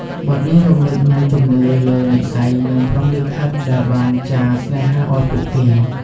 បទនេះរំលេចនូវជំនឿលើនិស្ស័យនិងព្រហ្មលិខិតដែលបានចារស្នេហាឲ្យពួកគេ។